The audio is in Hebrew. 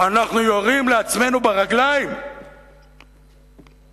אנחנו יורים לעצמנו ברגליים, ומייללים.